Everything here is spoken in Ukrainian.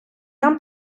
нам